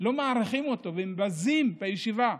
לא מעריכים אותו והם בזים, בישיבה,